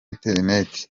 internet